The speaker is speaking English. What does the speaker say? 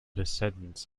descendants